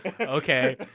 okay